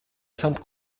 sainte